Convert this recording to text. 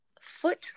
foot